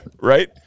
Right